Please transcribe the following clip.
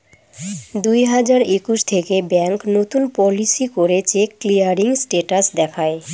দুই হাজার একুশ থেকে ব্যাঙ্ক নতুন পলিসি করে চেক ক্লিয়ারিং স্টেটাস দেখায়